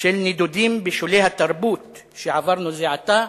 של נדודים בשולי התרבות שעברנו זה עתה,